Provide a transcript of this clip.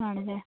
ആണല്ലേ